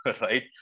right